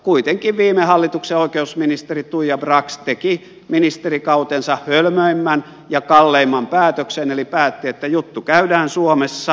kuitenkin viime hallituksen oikeusministeri tuija brax teki ministerikautensa hölmöimmän ja kalleimman päätöksen eli päätti että juttu käydään suomessa